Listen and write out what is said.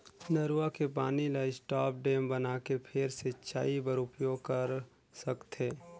नरूवा के पानी ल स्टॉप डेम बनाके फेर सिंचई बर उपयोग कर सकथे